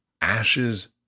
ashes